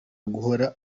guhora